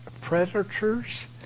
predators